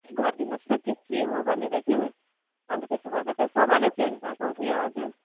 check गरिदिनुहोस् न त्यो के हो भनेर कि अन्त त्यसो गर्दा चाहिँ सामान नै चेन्ज भएको हो कि हजुर